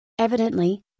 Evidently